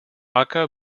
aka